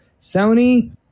Sony